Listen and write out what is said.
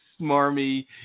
smarmy